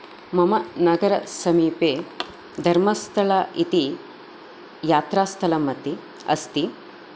मम नगरसमीपे धर्मस्थल इति यात्रास्थलम् अति अस्ति